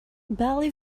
belly